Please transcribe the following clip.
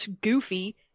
goofy